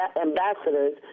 ambassadors